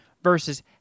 Versus